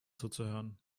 zuzuhören